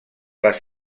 les